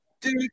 Dude